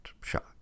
shot